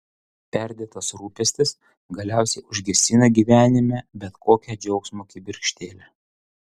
perdėtas rūpestis galiausiai užgesina gyvenime bet kokią džiaugsmo kibirkštėlę